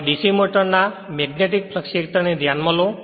હવે DC મોટરના magnetic ક્ષેત્રને ધ્યાનમાં લો